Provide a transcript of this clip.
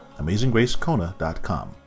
AmazingGraceKona.com